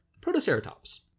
Protoceratops